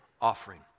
offering